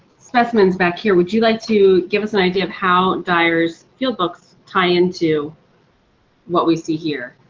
specimens back here. would you like to give us an idea of how dyar's field books tie into what we see here?